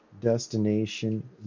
destination